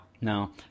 No